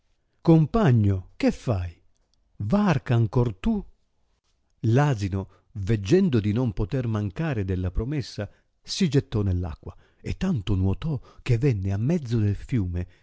compagno che fai varca ancor tu l asino veggendo di non poter mancare della promessa si gettò neir acqua e tanto nuotò che venne a mezzo del fiume